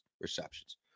receptions